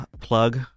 plug